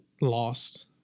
lost